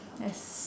as